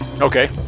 Okay